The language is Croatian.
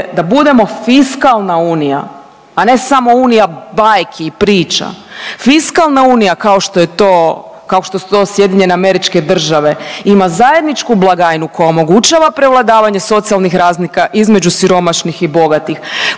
da budemo fiskalna Unija, a ne samo unija bajki, priča. Fiskalna Unija kao što je to kao što su to SAD ima zajedničku blagajnu koja omogućava prevladavanje socijalnih razlika između siromašnih i bogatih